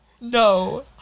No